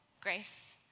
grace